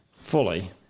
fully